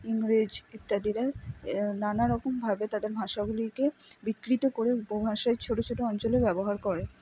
ইংরেজ ইত্যাদিরা নানারকমভাবে তাদের ভাষাগুলিকে বিকৃত করে উপভাষায় ছোট ছোট অঞ্চলে ব্যবহার করে